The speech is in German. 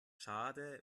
schade